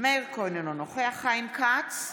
מאיר כהן, אינו נוכח חיים כץ,